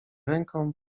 ręką